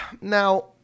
now